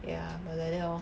ya millennial lor